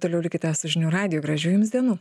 toliau likite su žinių radiju gražių jums dienų